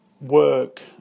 work